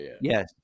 yes